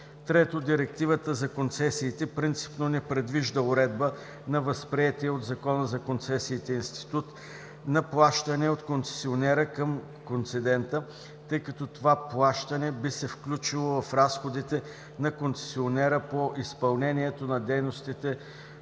Трето, Директивата за концесиите принципно не предвижда уредба на възприетия от Закона за концесиите институт на плащане от концесионера към концедента, тъй като това плащане би се вкючило в разходите на концесионера по изпълнението на дейностите